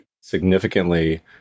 significantly